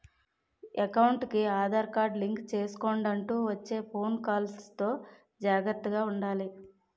ఎకౌంటుకి Aadhaar card link చేసుకొండంటూ వచ్చే ఫోను కాల్స్ తో జాగర్తగా ఉండాలి